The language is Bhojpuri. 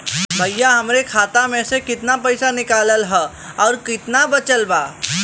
भईया हमरे खाता मे से कितना पइसा निकालल ह अउर कितना बचल बा?